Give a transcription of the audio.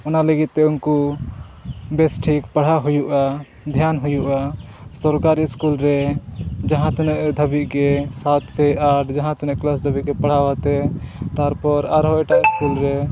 ᱚᱱᱟ ᱞᱟᱹᱜᱤᱫ ᱛᱮ ᱩᱱᱠᱩ ᱵᱮᱥᱴᱷᱤᱠ ᱯᱟᱲᱦᱟᱣ ᱦᱩᱭᱩᱜᱼᱟ ᱫᱷᱮᱭᱟᱱ ᱦᱩᱭᱩᱜᱼᱟ ᱥᱚᱨᱠᱟᱨᱤ ᱥᱠᱩᱞᱨᱮ ᱡᱟᱦᱟᱸ ᱛᱤᱱᱟᱹᱜ ᱫᱷᱟᱹᱵᱤᱡ ᱜᱮ ᱥᱟᱛ ᱥᱮ ᱟᱴ ᱡᱟᱦᱟᱸ ᱛᱤᱱᱟᱹᱜ ᱠᱮᱞᱟᱥ ᱫᱷᱟᱹᱵᱤᱡ ᱜᱮ ᱯᱟᱲᱦᱟᱣ ᱟᱛᱮ ᱛᱟᱨᱯᱚᱨ ᱟᱨᱦᱚᱸ ᱮᱴᱟᱜ ᱥᱠᱩᱞ ᱨᱮ